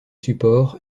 support